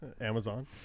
Amazon